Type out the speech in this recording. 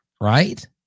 right